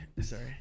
sorry